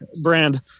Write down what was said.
brand